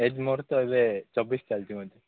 age ମୋର ତ ଏବେ ଚବିଶ ଚାଲିଛି ମୋତେ